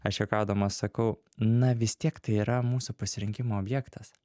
aš juokaudamas sakau na vis tiek tai yra mūsų pasirinkimo objektas